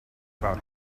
about